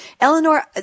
Eleanor